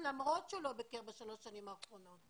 למרות שהוא לא ביקר בשלוש השנים האחרונות?